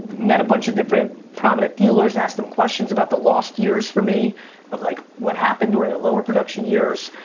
met a bunch of different prominent dealers, asked em questions about the lost years for me of like what happened or in the lower production years.